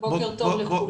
בוקר טוב לכולם.